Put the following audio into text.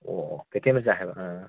ꯑꯣ ꯑꯣ ꯀꯩꯊꯦꯜ ꯃꯆꯥ ꯍꯥꯏꯕ ꯑꯣ